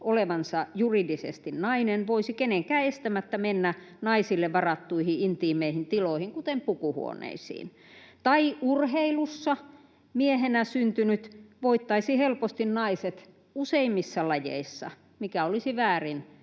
olevansa juridisesti nainen, voisi kenenkään estämättä mennä naisille varattuihin intiimeihin tiloihin, kuten pukuhuoneisiin. [Sari Multalan välihuuto] Tai urheilussa miehenä syntynyt voittaisi helposti naiset useimmissa lajeissa, mikä olisi väärin